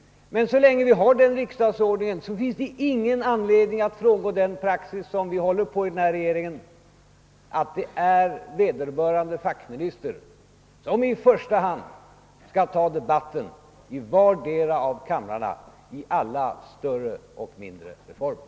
Så länge vi har denna riksdagsordning finns det emellertid ingen anledning att frångå den praxis som regeringen följer, nämligen att det i första hand är vederbörande fackminister som skall svara för debatten i bägge kamrarna i samband med behandlingen av alla större och mindre reformer.